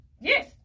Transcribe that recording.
yes